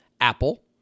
Apple